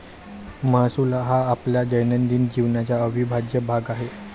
महसूल हा आपल्या दैनंदिन जीवनाचा अविभाज्य भाग आहे